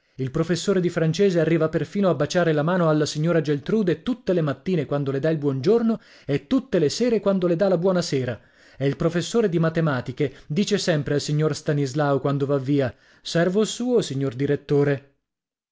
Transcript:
il professore di francese arriva perfino a baciare la mano alla signora geltrude tutte le mattine quando le dà il buon giorno e tutte le sere quando le dà la buona sera e il professore di matematiche dice sempre al signor stanislao quando va via servo suo signor direttore